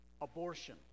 abortion